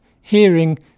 hearing